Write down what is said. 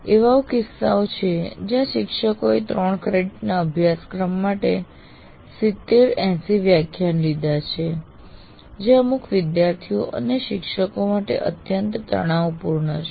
એવા કિસ્સાઓ છે કે જ્યાં શિક્ષકોએ 3 ક્રેડિટ ના અભ્યાસક્રમ માટે 70 ૮૦ વ્યાખ્યાન લીધા છે જે અમુક અર્થમાં વિદ્યાર્થીઓ અને શિક્ષકો માટે અત્યંત તણાવપૂર્ણ છે